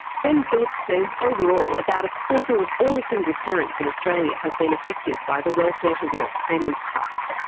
ben phillips says overall about a quarter of all single parents in australia have been affected by the welfare-to-work payment cuts,